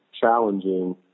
challenging